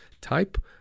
type